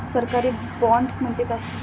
सरकारी बाँड म्हणजे काय?